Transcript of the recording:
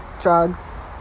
drugs